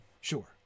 sure